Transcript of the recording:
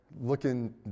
looking